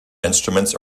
instruments